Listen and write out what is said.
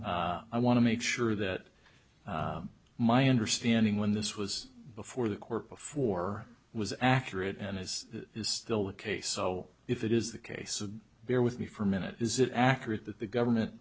i want to make sure that my understanding when this was before the court before was accurate and as is still the case so if it is the case of beer with me for a minute is it accurate that the government